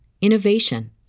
innovation